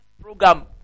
program